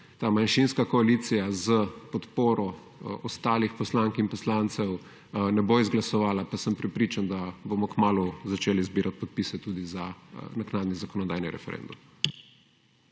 ta manjšinska koalicija s podporo ostalih poslank in poslancev ne bo izglasovala, pa sem prepričan, da bomo kmalu začeli zbirati podpise tudi za naknadni zakonodajni referendum.